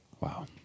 Wow